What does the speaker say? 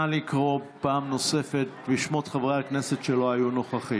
נא לקרוא פעם נוספת בשמות חברי הכנסת שלא היו נוכחים.